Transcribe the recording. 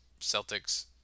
Celtics